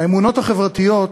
האמונות החברתיות,